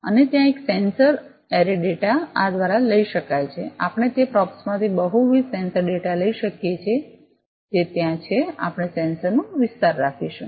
અને ત્યાં એક સેન્સર એરે ડેટા આ દ્વારા લઈ શકાય છે આપણે તે પ્રોબ્સમાંથી બહુવિધ સેન્સર ડેટા લઈ શકીએ છીએ જે ત્યાં છે આપણે સેન્સરનો વિસ્તાર રાખીશું